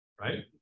right